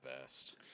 best